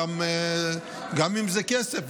גם אם זה כסף,